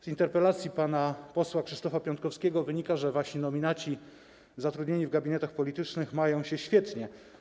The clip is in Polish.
Z interpelacji pana posła Krzysztofa Piątkowskiego wynika, że wasi nominaci zatrudnieni w gabinetach politycznych mają się świetnie.